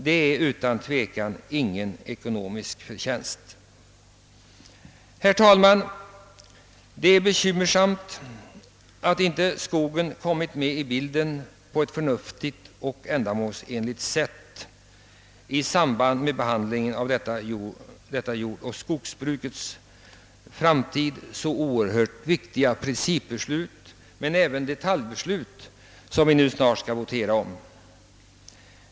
Det skulle utan tvivel medföra ekonomiska förluster för framtiden. Herr talman! Det är bekymmersamt att inte skogen kommit med på ett förnuftigt och ändamålsenligt sätt vid behandlingen av detta för jordoch skogsbrukets framtid så oerhört viktiga principbeslut, och även detaljbeslut som vi snart skall votera om.